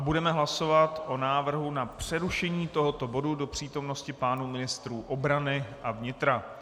Budeme hlasovat o návrhu na přerušení tohoto bodu do přítomnosti pánů ministrů obrany a vnitra.